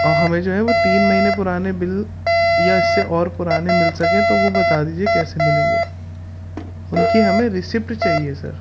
اور ہمیں جو ہے وہ تین مہینے پرانے بل یا اس سے اور پرانے مل سکیں تو وہ بتا دیجیے کیسے ملیں گے ان کی ہمیں ریسیپٹ چاہیے سر